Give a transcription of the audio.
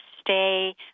stay